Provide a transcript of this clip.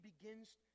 begins